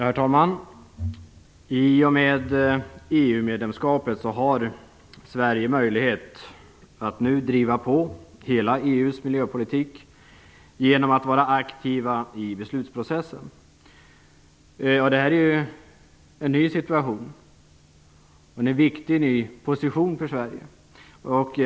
Herr talman! I och med EU-medlemskapet har Sverige nu möjlighet att driva på hela EU:s miljöpolitik genom att vara aktiv i beslutsprocessen. Det här är ju en ny situation, men det är en viktig ny position för Sverige.